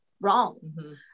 wrong